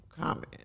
comment